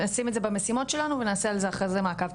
נשים את זה במשימות שלנו ונעשה אחריה מעקב,